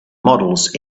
models